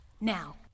Now